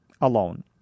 Alone